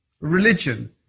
Religion